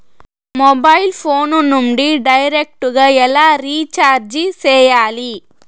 mobile phone నుండి direct గా ఎలా రీచార్జి సేయాలి